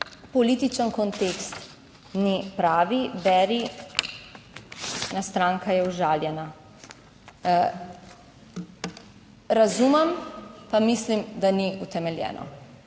političen kontekst ni pravi, beri ena stranka je užaljena. Razumem, pa mislim, da ni utemeljeno.